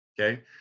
okay